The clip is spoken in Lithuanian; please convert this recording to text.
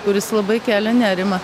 kuris labai kelia nerimą